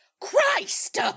Christ